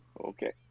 Okay